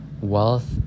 wealth